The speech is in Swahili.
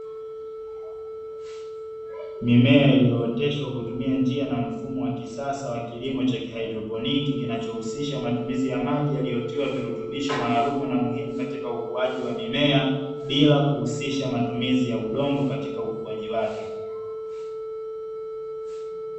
Mimea iliyooteshwa hutumia njia na mfumo wa kisasa wa kilimo itaka hydroponi, kinachohusisha matumizi ya maji yaliyotiwa virutubisho maalumu na muhimu katika ukuaji wa mimea bila kuhusisha matumizi ya udongo katika ukuaji wake.